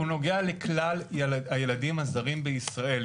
הוא נוגע לכלל הילדים הזרים בישראל,